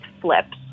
flips